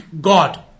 god